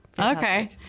okay